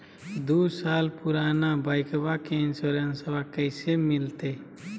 दू साल पुराना बाइकबा के इंसोरेंसबा कैसे मिलते?